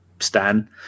stan